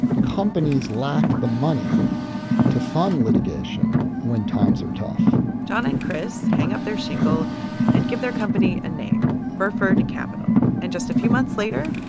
companies lack the money to fund litigation when times are tough jon and chris hang up their shingle and give their company a name, burford capital. and just a few months later,